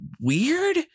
weird